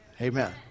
Amen